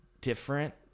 different